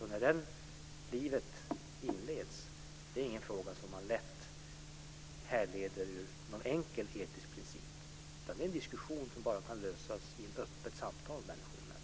När livet inleds är ingen fråga som man lätt härleder ur någon enkel etisk princip, utan det är en diskussion som bara kan lösas i ett öppet samtal människor emellan.